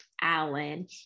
Alan